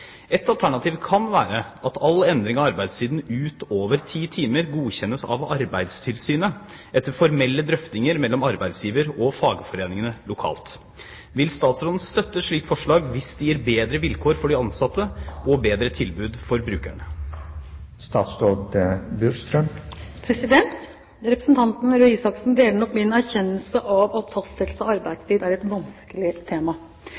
Et alternativ kan være at all endring av arbeidstiden utover ti timer skal godkjennes av Arbeidstilsynet etter formelle drøftinger mellom arbeidsgiver og fagforeningene lokalt. Vil statsråden støtte et slikt forslag hvis det gir bedre vilkår for de ansatte og bedre tilbud for brukerne?» Representanten Røe Isaksen deler nok min erkjennelse av at fastsettelse av arbeidstid er et vanskelig tema.